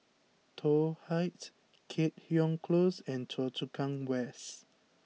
Toh Heights Keat Hong Close and Choa Chu Kang West